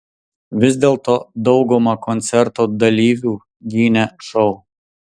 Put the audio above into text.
vis dėlto dauguma koncerto dalyvių gynė šou